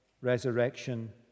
resurrection